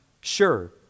Sure